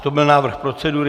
To byl návrh procedury.